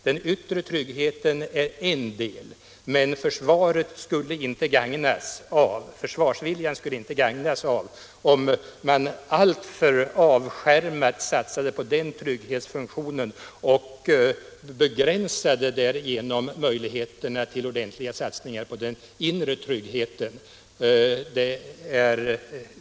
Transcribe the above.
Den yttre tryggheten är en del, men försvarsviljan skulle inte gagnas av att man alltför avskärmat satsade på den trygghetsfunktionen och därigenom begränsade möjligheterna till ordentliga satsningar på den inre tryggheten.